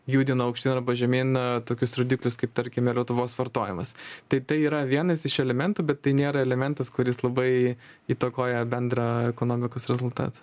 judina aukštyn arba žemyn tokius rodiklius kaip tarkim ir lietuvos vartojimas tai tai yra vienas iš elementų bet tai nėra elementas kuris labai įtakoja bendrą ekonomikos rezultatą